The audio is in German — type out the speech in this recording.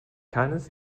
keines